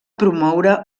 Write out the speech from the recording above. promoure